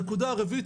הנקודה הרביעית,